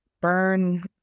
burn